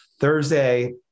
Thursday